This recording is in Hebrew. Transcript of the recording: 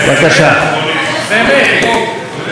כולל